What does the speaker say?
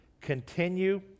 continue